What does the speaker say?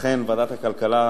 אכן ועדת הכלכלה,